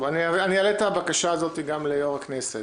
אני אעלה את הבקשה הזו גם ליושב-ראש הכנסת.